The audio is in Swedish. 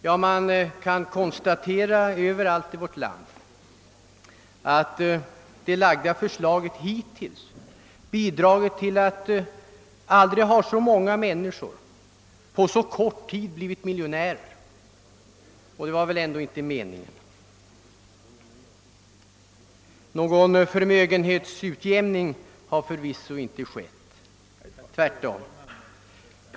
Jo, vi kan överallt i vårt land konstatera att förslaget hittills har medfört att fler människor än någonsin på så kort tid har blivit miljonärer — och det var väl ändå inte meningen. Någon förmögenhetsutjämning har förvisso inte inträffat — tvärtom.